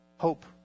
hope